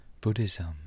Buddhism